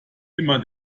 immer